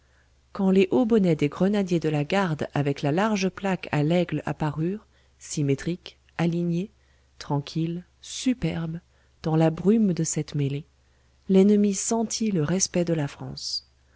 quand les hauts bonnets des grenadiers de la garde avec la large plaque à l'aigle apparurent symétriques alignés tranquilles superbes dans la brume de cette mêlée l'ennemi sentit le respect de la france